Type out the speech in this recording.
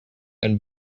and